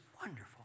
wonderful